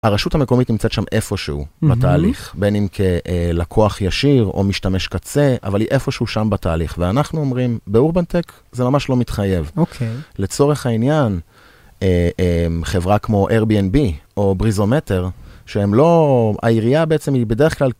הרשות המקומית נמצאת שם איפשהו בתהליך, בין אם כלקוח ישיר או משתמש קצה, אבל היא איפשהו שם בתהליך. ואנחנו אומרים, באורבנטק זה ממש לא מתחייב. אוקיי. לצורך העניין, חברה כמו Airbnb או בריזומטר, שהם לא... העירייה בעצם היא בדרך כלל...